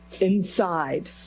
inside